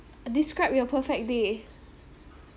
describe your perfect day